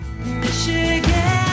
michigan